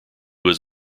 was